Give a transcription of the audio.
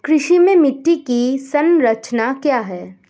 कृषि में मिट्टी की संरचना क्या है?